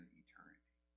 eternity